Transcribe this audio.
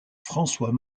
françois